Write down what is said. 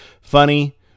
Funny